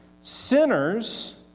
sinners